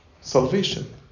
Salvation